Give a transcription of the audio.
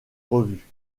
revues